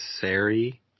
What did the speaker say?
sari